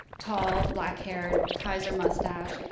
tall, black haired, kaiser mustache.